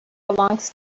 belongs